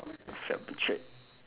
felt betrayed